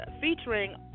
featuring